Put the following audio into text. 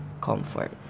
comfort